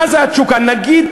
נגיד,